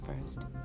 first